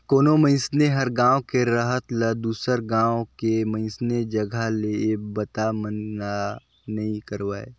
कोनो मइनसे हर गांव के रहत ल दुसर गांव के मइनसे जघा ले ये बता मन ला नइ करवाय